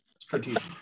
Strategic